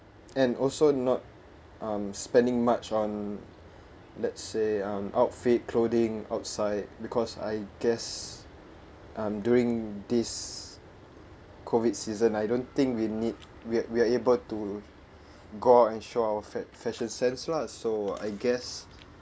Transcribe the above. and also not um spending much on let's say um outfit clothing outside because I guess um during this COVID season I don't think we need we're we are able to go and show our fa~ fashion sense lah so I guess